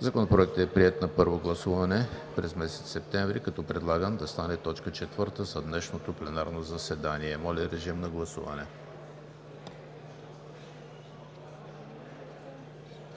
Законопроектът е приет на първо гласуване през месец септември, като предлагам да стане точка четвърта за днешното пленарно заседание. Моля, режим на гласуване.